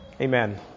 Amen